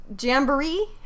jamboree